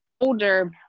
older